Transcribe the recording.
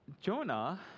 Jonah